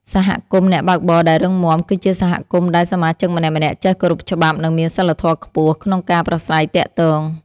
សហគមន៍អ្នកបើកបរដែលរឹងមាំ គឺជាសហគមន៍ដែលសមាជិកម្នាក់ៗចេះគោរពច្បាប់ និងមានសីលធម៌ខ្ពស់ក្នុងការប្រាស្រ័យទាក់ទង។